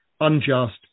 unjust